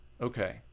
okay